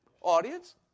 audience